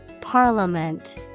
Parliament